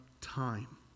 time